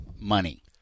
money